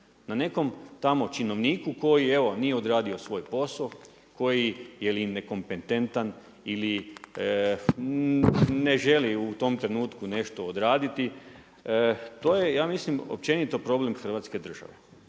na nekom tamo činovniku koji evo nije odradio svoj posao, koji je ili nekompetentan ili ne želi u tom trenutku nešto odraditi. To je ja mislim općenito problem Hrvatske države